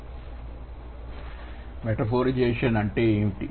కాబట్టి మెటఫోరిజేషన్ అంటే ఏమిటి